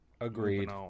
Agreed